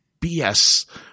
BS